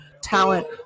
talent